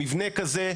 מבנה כזה,